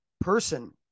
person